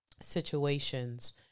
situations